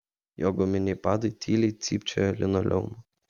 jo guminiai padai tyliai cypčiojo linoleumu